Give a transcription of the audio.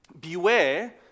Beware